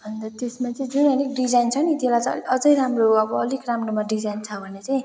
अन्त त्यसमा चाहिँ जुन अनि डिजाइन छ नि त्यसलाई झन् अझै राम्रो अब अलिक राम्रोमा डिजाइन छ भने चाहिँ